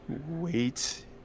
wait